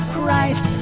Christ